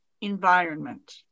environment